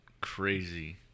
crazy